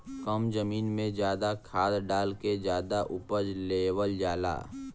कम जमीन में जादा खाद डाल के जादा उपज लेवल जाला